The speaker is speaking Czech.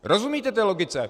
Rozumíte té logice?